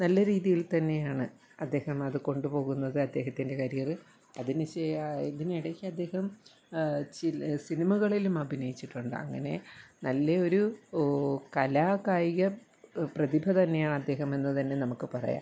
നല്ല രീതിയിൽ തന്നെയാണ് അദ്ദേഹം അത് കൊണ്ടു പോകുന്നത് അദ്ദേഹത്തിൻ്റെ കരിയർ അതിന് ഇതിനിടയ്ക്ക് അദ്ദേഹം സിനിമകളിലും അഭിനയിച്ചിട്ടുണ്ട് അങ്ങനെ നല്ല ഒരു കലാ കായിക പ്രതിഭ തന്നെയാണ് അദ്ദേഹമെന്ന് തന്നെ നമുക്ക് പറയാം